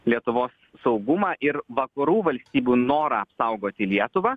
lietuvos saugumą ir vakarų valstybių norą apsaugoti lietuvą